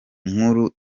nkuru